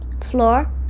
floor